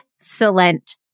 excellent